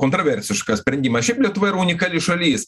kontroversišką sprendimą šiaip lietuva yra unikali šalis